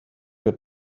got